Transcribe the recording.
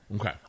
Okay